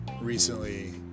recently